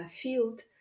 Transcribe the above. field